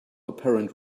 apparent